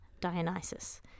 Dionysus